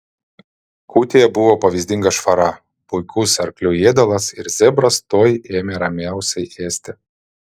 kūtėje buvo pavyzdinga švara puikus arklių ėdalas ir zebras tuoj ėmė ramiausiai ėsti